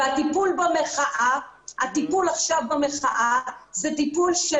הטיפול במחאה עכשיו, זה טיפול של